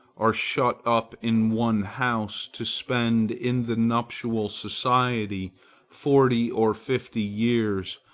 are shut up in one house to spend in the nuptial society forty or fifty years,